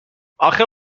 اخه